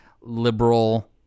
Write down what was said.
liberal